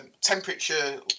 temperature